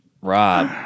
Rob